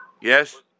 Yes